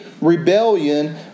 rebellion